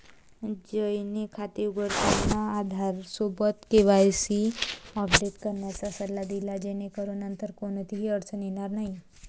जयने खाते उघडताना आधारसोबत केवायसी अपडेट करण्याचा सल्ला दिला जेणेकरून नंतर कोणतीही अडचण येणार नाही